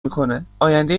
میکنه، آینده